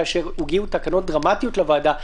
כאשר הגיעו תקנות דרמטיות לוועדה,